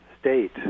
state